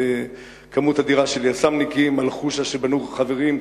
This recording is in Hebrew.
כמות אדירה של יס"מניקים על חושה שבנו חברים,